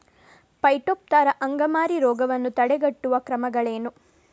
Phytophthora ಅಂಗಮಾರಿ ರೋಗವನ್ನು ತಡೆಗಟ್ಟುವ ಕ್ರಮಗಳೇನು?